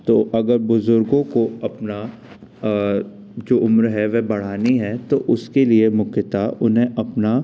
तो अगर बुजुर्गों को अपना जो उम्र है वे बढ़ानी है तो उसके लिए मुख्यता उन्हें अपना